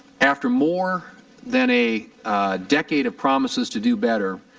after more than a decade of promises to do better,